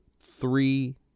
three